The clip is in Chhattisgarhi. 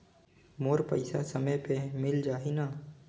मोर पइसा समय पे मिल जाही न?